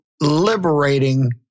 liberating